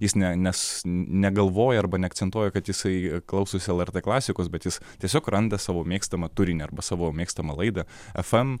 jis ne nes negalvoja arba neakcentuoja kad jisai klausosi lrt klasikos bet jis tiesiog randa savo mėgstamą turinį arba savo mėgstamą laidą fm